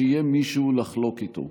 שיהיה מישהו לחלוק איתו.